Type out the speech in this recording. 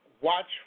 Watch